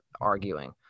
arguing